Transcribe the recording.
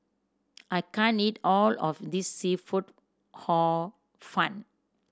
I can't eat all of this seafood Hor Fun